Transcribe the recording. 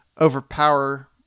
overpower